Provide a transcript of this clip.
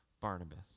Barnabas